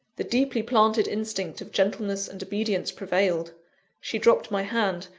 the deeply planted instinct of gentleness and obedience prevailed she dropped my hand,